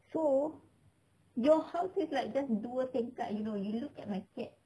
so your house is like just dua tingkat you know you look at my cat